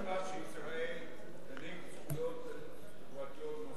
את לא מצפה שישראל תנהיג זכויות חברתיות נוסח דרום-אפריקה.